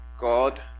God